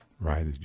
right